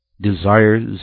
desires